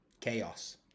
chaos